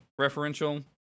referential